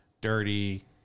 dirty